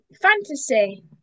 fantasy